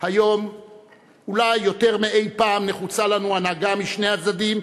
היום אולי יותר מאי-פעם נחוצה לנו הנהגה משני הצדדים,